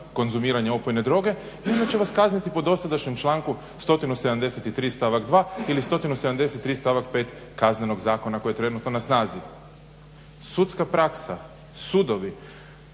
konzumiranje opojne droge i onda će vas kazniti po dosadašnjem članku 173. stavak 2. ili 173. stavak 5. Kaznenog zakona koji je trenutno na snazi. Sudska praksa, sudovi